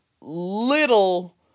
little